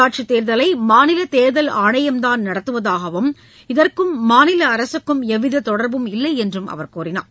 உள்ளாட்சித் தேர்தலை மாநில தேர்தல் ஆணையம்தான் நடத்துவதாகவும் இதற்கும் மாநில அரசுக்கும் எவ்வித தொடர்பும் இல்லை என்றும் அவர் கூறினார்